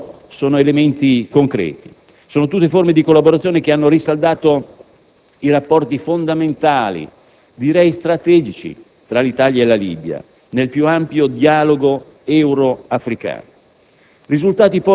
Tutti questi sono elementi concreti; sono tutte forme di collaborazione che hanno rinsaldato i rapporti fondamentali, direi strategici, tra l'Italia e la Libia, nel più ampio dialogo euro-africano.